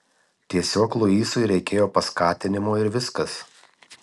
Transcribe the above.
tiesiog luisui reikėjo paskatinimo ir viskas